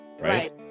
right